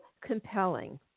compelling